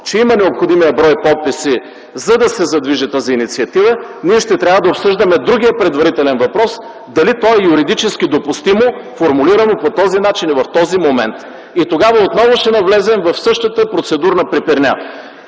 че има необходимия брой подписи, за да се задвижи тази инициатива, ние ще трябва да обсъждаме другия предварителен въпрос дали той е юридически допустимо формулиран по този начин и в този момент. Тогава отново ще навлезем в същата процедурна препирня.